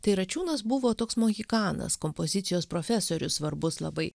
tai račiūnas buvo toks mohikanas kompozicijos profesorius svarbus labai